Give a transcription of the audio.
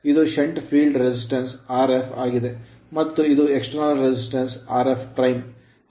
ಇದು shunt Field resistance field resistance Rf ಆಗಿದೆ ಮತ್ತು ಇದು external resitance ಬಾಹ್ಯ ಪ್ರತಿರೋಧ Rf